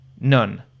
None